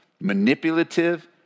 manipulative